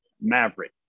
Maverick